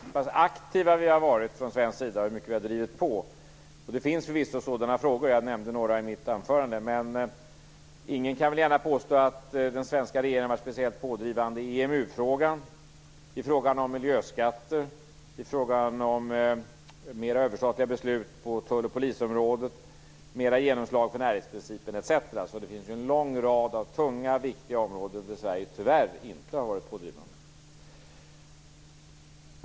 Fru talman! Utrikesministern inledde med att tala om hur aktiva vi har varit från svensk sida och hur mycket vi har drivit på. Det finns förvisso sådana frågor. Jag nämnde några i mitt anförande. Men ingen kan väl gärna påstå att den svenska regeringen har varit speciellt pådrivande i EMU-frågan, i frågan om miljöskatter, i frågan om mer överstatliga beslut på tull och polisområdet, mer genomslag för närhetsprincipen etc. Det finns ju en lång rad tunga viktiga områden där Sverige tyvärr inte har varit pådrivande.